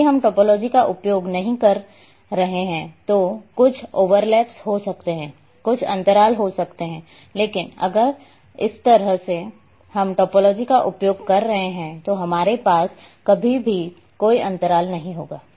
यदि हम टोपोलॉजी का उपयोग नहीं कर रहे हैं तो कुछ ओवरलैप्स हो सकते हैं कुछ अंतराल हो सकते हैं लेकिन अगर इस तरह से हम टोपोलॉजी का उपयोग कर रहे हैं तो हमारे पास कभी भी कोई अंतराल नहीं होगा